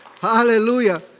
Hallelujah